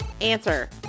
Answer